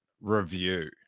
review